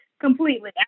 completely